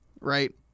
Right